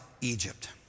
Egypt